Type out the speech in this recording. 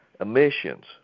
emissions